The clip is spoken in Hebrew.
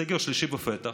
סגר שלישי בפתח,